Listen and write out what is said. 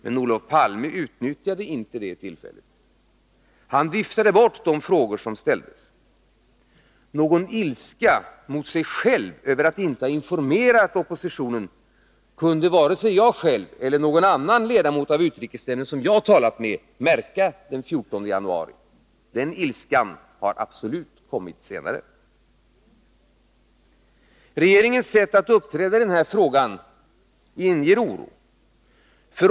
Men Olof Palme utnyttjade inte det tillfället. Han viftade bort de frågor som ställdes. Någon ilska mot sig själv över att inte ha informerat oppositionen kunde vare sig jag själv eller någon annan ledamot av utrikesnämnden som jag talat med märka den 14 januari. Den ilskan har absolut kommit senare. Regeringens sätt att uppträda i denna fråga inger oro.